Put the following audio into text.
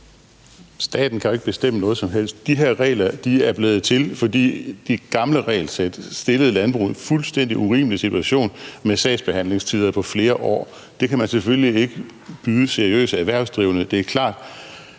Staten kan jo ikke bestemme noget som helst. De her regler er blevet til, fordi det gamle regelsæt stillede landbruget i en fuldstændig urimelig situation med sagsbehandlingstider på flere år. Det kan man selvfølgelig ikke byde seriøse erhvervsdrivende. Det er klart.